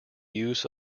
use